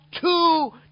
two